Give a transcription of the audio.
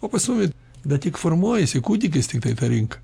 o pas mumi da tik formuojasi kūdikis tiktai ta rinka